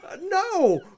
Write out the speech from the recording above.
No